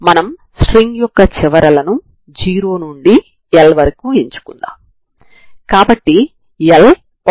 non homogeneous తరంగ సమీకరణం utt c2uxxhxt ని తీసుకోండి